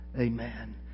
Amen